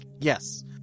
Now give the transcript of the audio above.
Yes